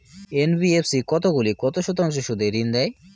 NBFC কতগুলি কত শতাংশ সুদে ঋন দেয়?